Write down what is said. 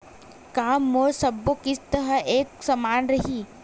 का मोर सबो किस्त ह एक समान रहि?